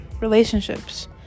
relationships